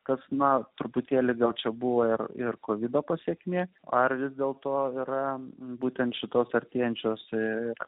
kas man truputėlį gal čia buvo ir ir pavydo pasekmė ar vis dėlto yra būtent šitos artėjančios ir